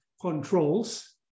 controls